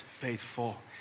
faithful